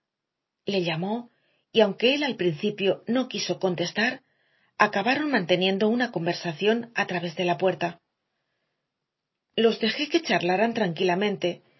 le llamó y aunque él al principio no quiso contestar acabaron manteniendo una conversación a través de la puerta los dejé que charlaran tranquilamente